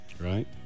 right